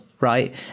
right